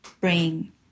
bring